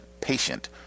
patient